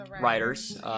writers